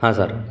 ಹಾಂ ಸಾರ್